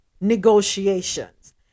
negotiations